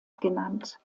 genannt